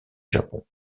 japon